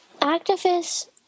activists